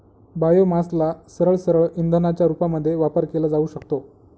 बायोमासला सरळसरळ इंधनाच्या रूपामध्ये वापर केला जाऊ शकतो